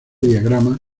diagrama